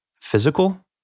physical